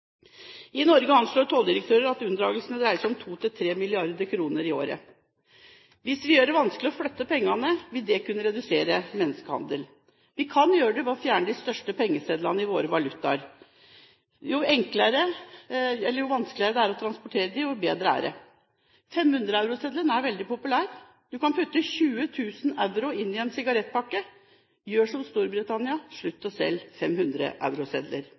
Norge anslår tolldirektøren at unndragelsene dreier seg om 2–3 mrd. kr i året. Hvis vi gjør det vanskelig å flytte pengene, vil det kunne redusere menneskehandel. Vi kan gjøre det ved å fjerne de største pengesedlene i våre valutaer. Jo vanskeligere det er å transportere dem, jo bedre er det. 500-euroseddelen er veldig populær. Du kan putte 20 000 euro inn i en sigarettpakke. Gjør som Storbritannia: